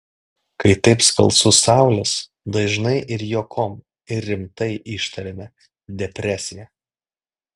kai taip skalsu saulės dažnai ir juokom ir rimtai ištariame depresija